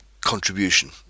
contribution